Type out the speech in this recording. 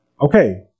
okay